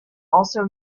also